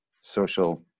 social